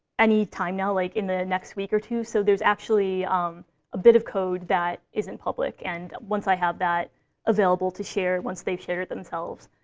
any time now, like in the next week or two. so there's actually um a bit of code that isn't public. and once i have that available to share, once they've shared it themselves,